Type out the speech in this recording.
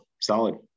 solid